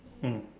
mm